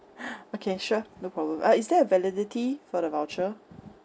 okay sure no problem uh is there a validity for the voucher